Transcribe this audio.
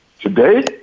today